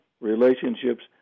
relationships